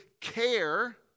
care